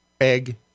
egg